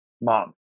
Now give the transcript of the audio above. mom